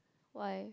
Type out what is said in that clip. why